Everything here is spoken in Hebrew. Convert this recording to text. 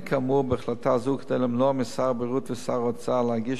כאמור בהחלטה זו כדי למנוע משר הבריאות ושר האוצר להגיש